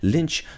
Lynch